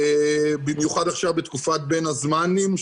במיוחד עכשיו בתקופת בין זמנים,